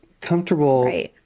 comfortable